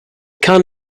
can